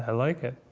ah like it.